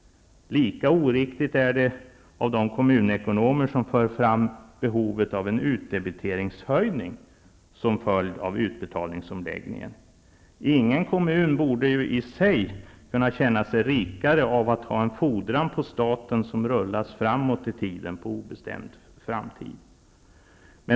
Lika oriktigt är det då kommunekonomer för fram behovet av en höjning av utdebiteringen som följd av utbetalningsomläggningen. Ingen kommun borde kunna känna sig rikare av att ha en fordran på staten som rullar på obestämd framtid.